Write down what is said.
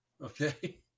Okay